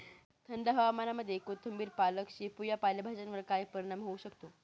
थंड हवामानामध्ये कोथिंबिर, पालक, शेपू या पालेभाज्यांवर काय परिणाम होऊ शकतो?